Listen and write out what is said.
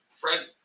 Fred